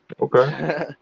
okay